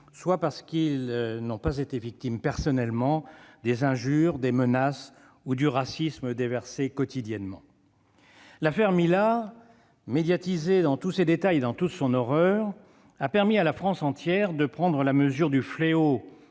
soit parce qu'ils n'ont pas été personnellement victimes des injures, des menaces ou du racisme qui y sont quotidiennement déversés. L'affaire Mila, médiatisée dans tous ses détails et dans toute son horreur, a permis à la France entière de prendre la mesure du fléau